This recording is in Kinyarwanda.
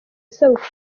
isabukuru